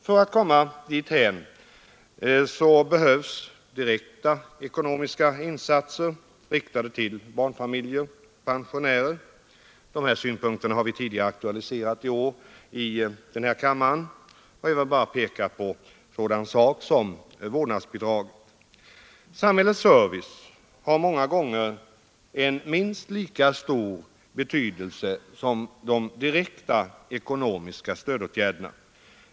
För att komma dithän behövs direkta ekonomiska insatser, riktade till barnfamiljer och pensionärer. Dessa synpunkter har vi tidigare i år aktualiserat i den här kammaren — jag vill bara peka på en sådan sak som politiska åtgärder Samhällets service har många gånger en minst lika stor betydelse som de direkta ekonomiska stödåtgärderna.